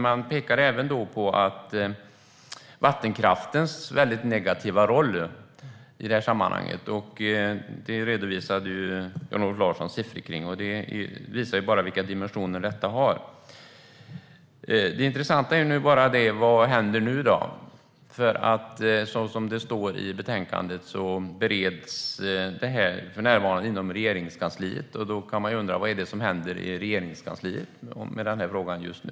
Man pekar även på vattenkraftens väldigt negativa roll i sammanhanget. Det redovisade Jan-Olof Larsson siffror kring. Det visar bara vilka dimensioner detta har. Det intressanta är: Vad händer nu? Det står i betänkandet att det här för närvarande bereds inom Regeringskansliet. Då kan man undra: Vad är det som händer i Regeringskansliet med den frågan just nu?